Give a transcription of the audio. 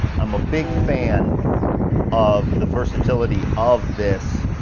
i'm a big fan of the versatility of this.